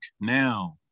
now